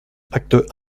acte